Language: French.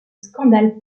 scandale